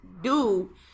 dude